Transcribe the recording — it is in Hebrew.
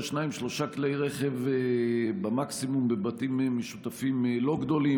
שניים-שלושה כלי רכב במקסימום בבתים משותפים לא גדולים,